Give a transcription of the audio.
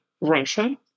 Russia